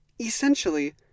Essentially